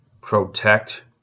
Protect